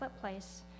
place